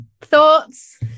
thoughts